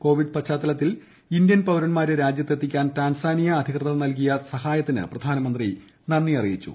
Covid പശ്ചാത്തലത്തിൽ Indian പൌരന്മാരെ രാജ്യത്തെത്തിക്കാൻ ടാൻസാനിയ അധികൃതർ നൽകിയ സഹായത്തിന് പ്രധാനമന്ത്രി നന്ദി അറിയിച്ചു